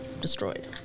destroyed